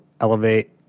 elevate